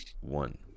One